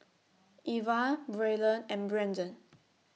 Eva Braylon and Branden